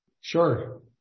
Sure